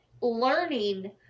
learning